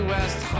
West